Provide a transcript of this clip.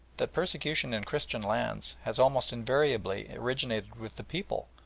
that persecution in christian lands has almost invariably originated with the people,